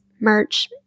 merch